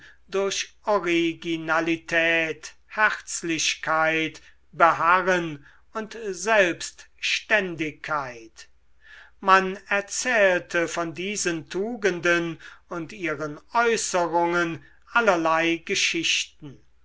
durch originalität herzlichkeit beharren und selbstständigkeit man erzählte von diesen tugenden und ihren äußerungen allerlei geschichten